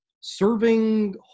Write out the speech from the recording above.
serving